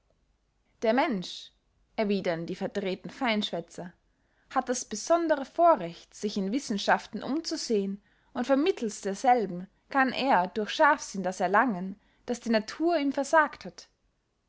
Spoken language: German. der mensch erwiedern die verdrehten feinschwätzer hat das besondere vorrecht sich in wissenschaften umzusehen und vermittelst derselben kann er durch scharfsinn das erlangen das die natur ihm versagt hat